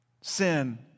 sin